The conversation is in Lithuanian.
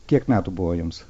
kiek metų buvo jums